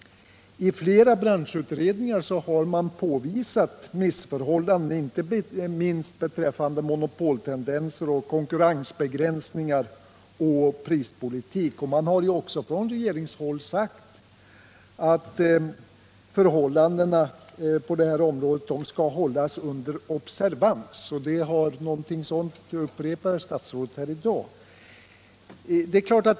I flera branschutredningar har man påvisat missförhållanden, inte minst monopoltendenser och konkurrensbegränsningar. Det har också från regeringshåll sagts att utvecklingen på detta område skall hållas under observans. Något liknande upprepade statsrådet Friggebo här i dag.